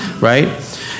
right